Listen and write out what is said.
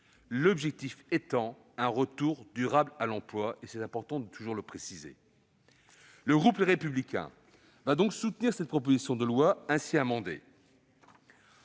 L'objectif est un retour durable à l'emploi, il me semble important de toujours le préciser. Le groupe Les Républicains va donc soutenir cette proposition de loi ainsi amendée.